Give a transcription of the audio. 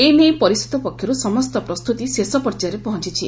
ଏ ନେଇ ପରିଷଦ ପକ୍ଷରୁ ସମସ୍ତ ପ୍ରସ୍ତୁତି ଶେଷ ପର୍ଯ୍ୟାୟରେ ପହଞିଛି